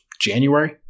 January